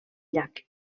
llac